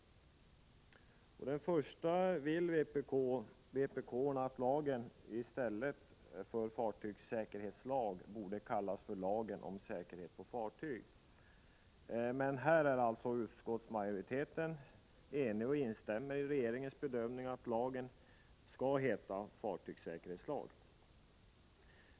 I den första vill vpk-arna att lagen i stället för fartygssäkerhetslag skall kallas för lagen om säkerheten på fartyg. Men utskottsmajoriteten instämmer i regeringens bedömning att lagen skall heta fartygssäkerhetslag.